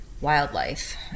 wildlife